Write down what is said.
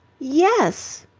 yes!